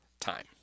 time